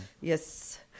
Yes